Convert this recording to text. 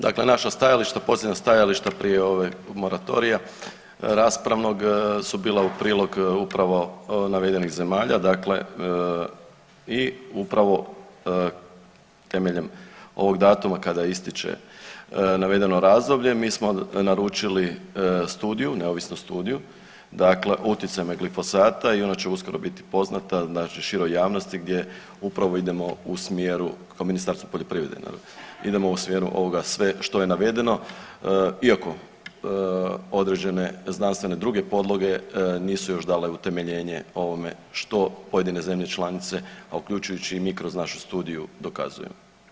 Dakle naša stajališta posljednja stajališta prije ovog moratorija raspravnog su bila u prilog upravo navedenih zemalja, dakle i upravo temeljem ovog datuma kada ističe navedeno razdoblje mi smo naručili studiju, neovisnu studiju o utjecajima glifosata i ona će uskoro biti poznata znači široj javnosti gdje upravo idemo u smjeru kao Ministarstvo poljoprivrede, idemo u smjeru ovoga sve što je navedeno, iako određene znanstvene druge podloge nisu još dale utemeljene ovome što pojedine zemlje članice, a uključujući i mi kroz našu studiju dokazujemo.